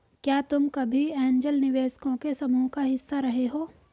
क्या तुम कभी ऐन्जल निवेशकों के समूह का हिस्सा रहे हो?